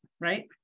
right